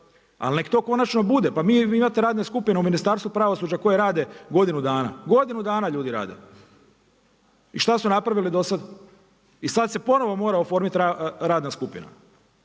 ali neka to konačno bude. Pa vi imate radne skupine u ministarstvu pravosuđa koje rade godinu dana, godinu dana ljudi rade. I šta su napravili do sada? I sada se ponovno mora oformiti radna skupina.